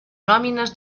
nòmines